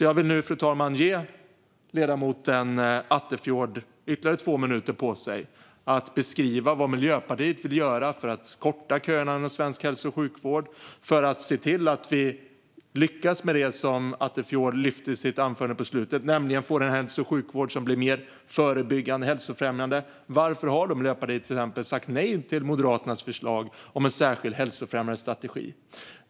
Jag vill nu, fru talman, ge ledamoten Attefjord ytterligare två minuters talartid att beskriva vad Miljöpartiet vill göra för att korta köerna inom svensk hälso och sjukvård och se till att vi lyckas med det som Attefjord lyfte fram i slutet på sitt anförande, nämligen att få en hälso och sjukvård som blir mer förebyggande och hälsofrämjande. Varför har Miljöpartiet till exempel sagt nej till Moderaternas förslag om en särskild hälsofrämjande strategi?